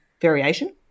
variation